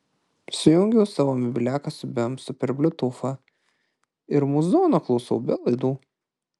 sujungiau savo mobiliaką su bemsu per bliutūfą ir muzono klausau be laidų